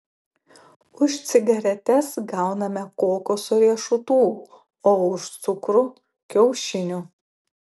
už cigaretes gauname kokoso riešutų o už cukrų kiaušinių